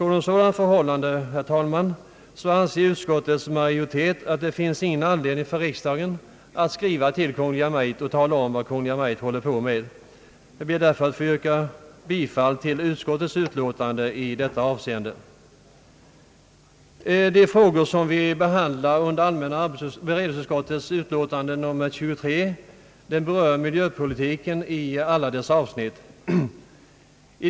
Under sådana förhållanden anser utskottets majoritet, herr talman, att det inte finns någon anledning för riksdagen att skriva till Kungl. Maj:t och tala om vad Kungl. Maj:t håller på med. I allmänna beredningsutskottets utlåtande nr 23 behandlas frågor som gäller miljöpolitiken i alla dess avsnitt.